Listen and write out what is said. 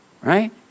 right